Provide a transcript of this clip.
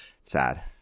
sad